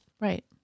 Right